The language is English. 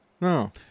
no